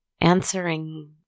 Answering